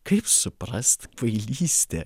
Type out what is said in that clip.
kaip suprast kvailystė